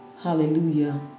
hallelujah